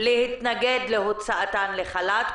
להתנגד להוצאתן לחל"ת.